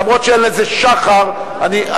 אף-על-פי שאין לזה שחר, לא.